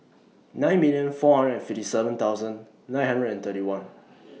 Night million four hundred fifty seven thousand Night hundred and thirty one